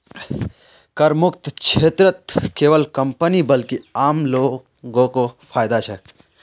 करमुक्त क्षेत्रत केवल कंपनीय नी बल्कि आम लो ग को फायदा छेक